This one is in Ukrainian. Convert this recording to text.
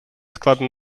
складно